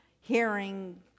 hearing